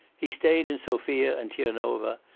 he stayed in sophia and tirnova,